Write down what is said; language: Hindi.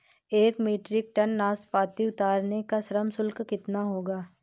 एक मीट्रिक टन नाशपाती उतारने का श्रम शुल्क कितना होगा?